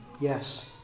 yes